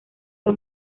que